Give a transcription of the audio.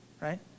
right